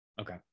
okay